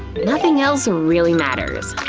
nothing else really matters.